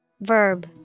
Verb